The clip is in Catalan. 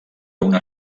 una